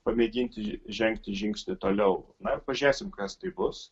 pamėginti žengti žingsnį toliau na ir pažiūrėsim kas tai bus